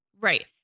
Right